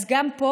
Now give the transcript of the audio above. אז גם פה,